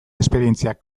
esperientziak